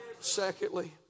Secondly